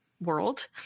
world